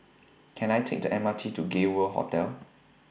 Can I Take The M R T to Gay World Hotel